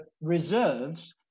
reserves